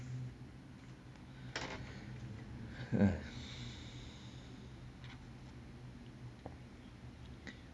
ya